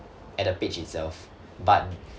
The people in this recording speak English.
at the page itself but